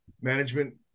management